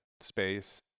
space